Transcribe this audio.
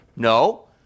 No